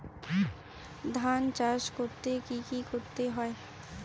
ধান চাষ করতে কি কি করতে হয়?